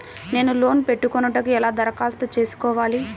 నేను లోన్ పెట్టుకొనుటకు ఎలా దరఖాస్తు చేసుకోవాలి?